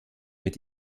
mit